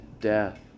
death